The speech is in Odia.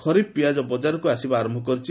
ଖରିଫ୍ ପିଆଜ ବଜାରକୁ ଆସିବା ଆରମ୍ଭ କରିଛି